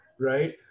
right